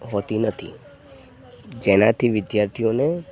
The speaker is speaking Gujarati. હોતી નથી જેનાથી વિદ્યાર્થીઓને